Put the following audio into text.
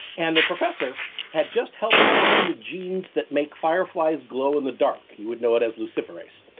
and the professor had just helped clone the genes that make fireflies glow in the dark. you would know it as luciferase,